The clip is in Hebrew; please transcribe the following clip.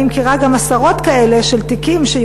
אני מכירה עשרות תיקים כאלה,